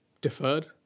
deferred